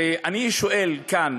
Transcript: ואני שואל כאן: